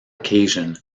occasion